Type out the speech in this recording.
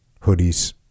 hoodies